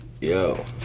Yo